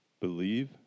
Believe